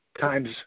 times